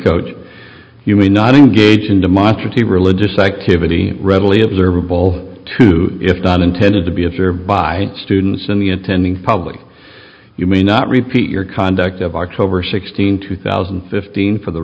coach you may not engage in demonstrative religious activity readily observable to if not intended to be observed by students in the attending public you may not repeat your conduct of october sixteenth two thousand and fifteen for the